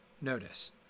notice